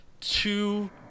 two